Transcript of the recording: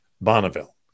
Bonneville